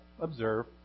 observe